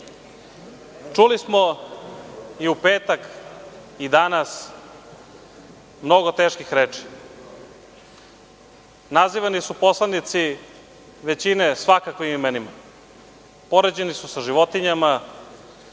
smo i u petak i danas mnogo teških reči. Nazivani su poslanici većine svakavim imenima, poređeni su sa životinjama,